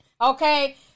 okay